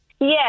Yes